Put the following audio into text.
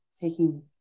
taking